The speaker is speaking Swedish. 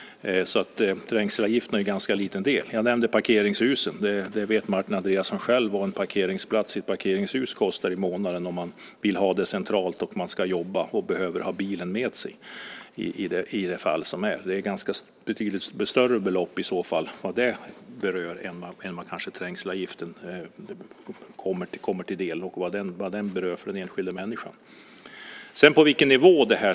Trängselavgifterna är en ganska liten del. Jag nämnde parkeringshusen. Martin Andreasson vet själv vad en parkeringsplats i ett parkeringshus kostar i månaden om man vill ha parkeringsplats centralt när man jobbar och behöver ha bilen med sig. Det är fråga om betydligt större belopp än vad trängselavgiften är för den enskilde människan.